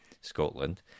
Scotland